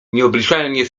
nieobliczalnie